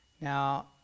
Now